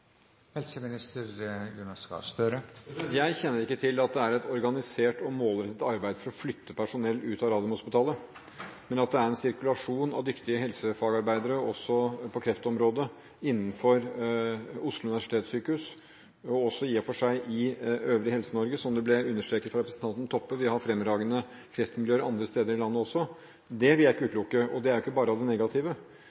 Jeg kjenner ikke til at det er et organisert og målrettet arbeid for å flytte personell ut av Radiumhospitalet. Men at det er en sirkulasjon av dyktige helsefagarbeidere også på kreftområdet innenfor Oslo universitetssykehus, og også i og for seg i det øvrige Helse-Norge – som det ble understreket fra representanten Toppe, har vi fremragende kreftmiljøer andre steder i landet også – vil jeg ikke utelukke. Og det er jo ikke